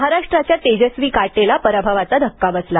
महाराष्ट्राच्या तेजस्वी काटेला पराभवाचा धक्का बसला